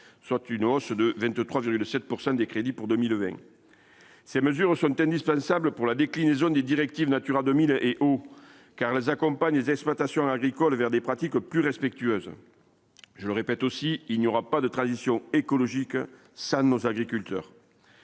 soit une hausse de 23,7 pourcent des crédits pour 2020, ces mesures sont indispensables pour la déclinaison des directives Natura 2000 et car les accompagnent les exploitations agricoles vers des pratiques plus respectueuses, je le répète aussi : il n'y aura pas de transition écologique ça nos agriculteurs.